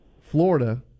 Florida